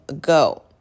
go